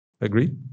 Agree